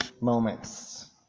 moments